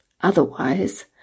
Otherwise